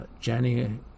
Jenny